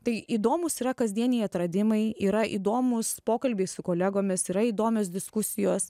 tai įdomūs yra kasdieniai atradimai yra įdomūs pokalbiai su kolegomis yra įdomios diskusijos